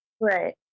right